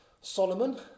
Solomon